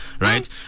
right